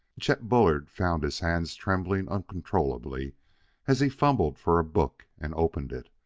chet bullard found his hands trembling uncontrollably as he fumbled for a book and opened it.